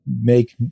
make